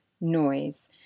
noise